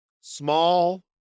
small